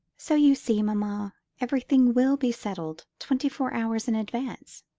so you see, mamma, everything will be settled twenty-four hours in advance,